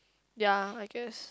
ya I guess